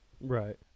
Right